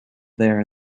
there